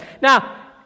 Now